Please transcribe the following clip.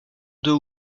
deux